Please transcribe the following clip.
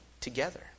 together